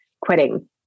quitting